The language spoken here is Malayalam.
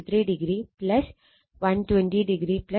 43o 120o 19